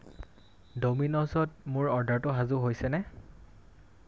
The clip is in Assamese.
ড'মিন'ছত মোৰ অৰ্ডাৰটো সাজু হৈছেনে